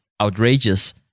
outrageous